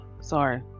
sorry